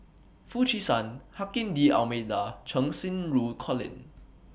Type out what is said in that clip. Foo Chee San Joaquim D'almeida and Cheng Xinru Colin